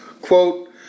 quote